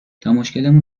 تامشکلمون